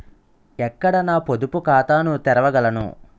ఎక్కడ నా పొదుపు ఖాతాను తెరవగలను?